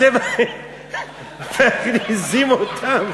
אתם מכניסים אותם,